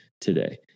today